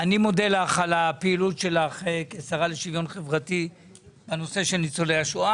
אני מודה לך על הפעילות שלך כשרה לשוויון חברתי בנושא של ניצולי השואה.